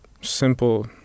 simple